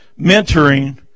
Mentoring